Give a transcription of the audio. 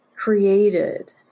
created